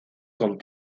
con